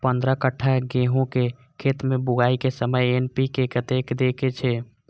पंद्रह कट्ठा गेहूं के खेत मे बुआई के समय एन.पी.के कतेक दे के छे?